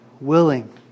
willing